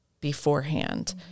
beforehand